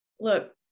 look